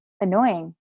annoying